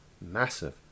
massive